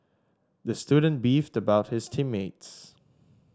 the student beefed about his team mates